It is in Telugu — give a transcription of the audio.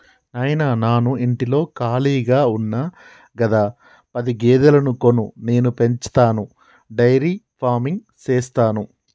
నాయిన నాను ఇంటిలో కాళిగా ఉన్న గదా పది గేదెలను కొను నేను పెంచతాను డైరీ ఫార్మింగ్ సేస్తాను